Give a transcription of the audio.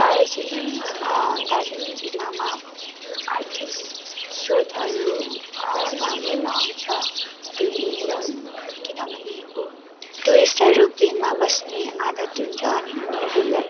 दार्जिलिङ दार्जिलिङ जिल्लामा आर्थिक स्रोतहरूमा मेन आउँछ टुरिजम किनभने अब टुरिस्टहरू प्लेनमा बस्ने आदत हुन्छ अनि उनीहरूलाई